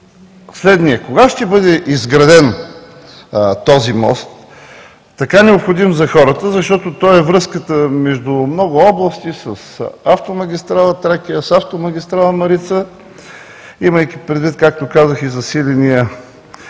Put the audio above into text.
следния: кога ще бъде изграден този мост, така необходим за хората, защото той е връзката между много области с автомагистрала „Тракия“ с автомагистрала „Марица“, имайки предвид както казах, и засиления